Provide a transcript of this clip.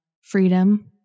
freedom